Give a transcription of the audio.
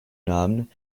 namen